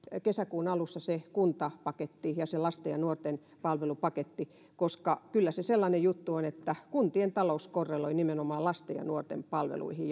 kesäkuun alussa se kuntapaketti ja se lasten ja nuorten palvelupaketti koska kyllä se sellainen juttu on että kuntien talous korreloi nimenomaan lasten ja nuorten palveluihin